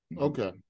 Okay